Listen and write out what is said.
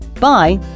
Bye